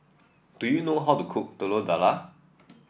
do you know how to cook Telur Dadah